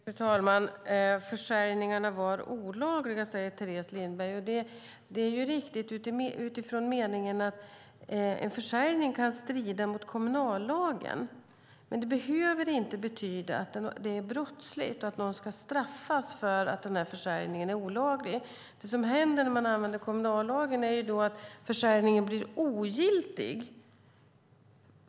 Fru talman! Försäljningarna var olagliga, säger Teres Lindberg. Det är riktigt utifrån meningen att en försäljning kan strida mot kommunallagen, men det behöver inte betyda att det är brottsligt och att någon ska straffas för att en försäljning är olaglig. Det som händer när man använder kommunallagen är att försäljningen blir ogiltig.